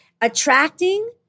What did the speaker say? attracting